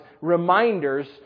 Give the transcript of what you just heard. reminders